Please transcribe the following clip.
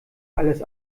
alles